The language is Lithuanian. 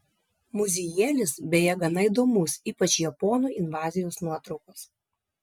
muziejėlis beje gana įdomus ypač japonų invazijos nuotraukos